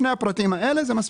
שני הפרטים האלה זה מספיק.